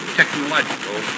technological